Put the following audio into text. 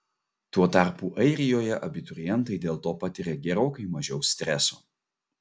tuo tarpu airijoje abiturientai dėl to patiria gerokai mažiau streso